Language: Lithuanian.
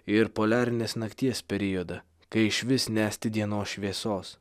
ir poliarinės nakties periodą kai išvis nesti dienos šviesos